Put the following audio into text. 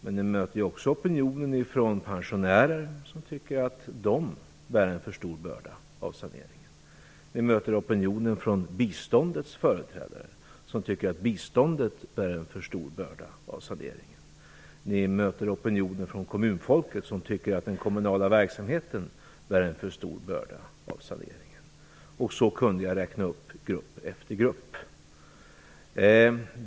Men ni möter också opinionen från pensionärer, som tycker att de bär en för stor börda av saneringen. Ni möter opinionen från biståndets företrädare, som tycker att biståndet bär en för stor börda av saneringen. Ni möter opinionen från kommunfolket, som tycker att den kommunala verksamheten bär en för stor börda av saneringen. Så kunde jag räkna upp grupp efter grupp.